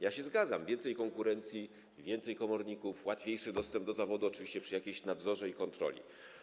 Ja się zgadzam: większa konkurencji, więcej komorników, łatwiejszy dostęp do zawodu, oczywiście przy jakimś nadzorze i jakiejś kontroli.